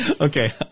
Okay